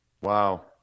Wow